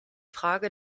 frage